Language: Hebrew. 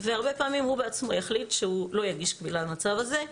והרבה פעמים הוא בעצמו יחליט שהוא לא יגיש קבילה במצב הזה.